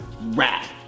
rap